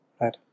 Right